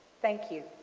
thank you.